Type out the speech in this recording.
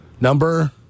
Number